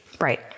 Right